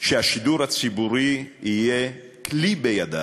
שהשידור הציבורי יהיה כלי בידיו,